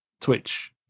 twitch